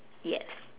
yes